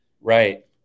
Right